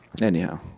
Anyhow